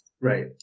Right